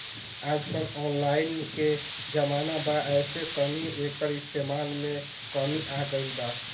आजकल ऑनलाइन के जमाना बा ऐसे तनी एकर इस्तमाल में कमी आ गइल बा